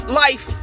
life